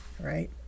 right